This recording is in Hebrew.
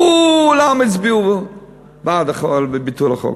כולם הצביעו בעד ביטול החוק,